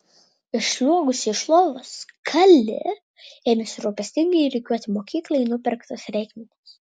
išsliuogusi iš lovos kali ėmėsi rūpestingai rikiuoti mokyklai nupirktus reikmenis